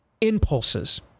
impulses